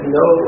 no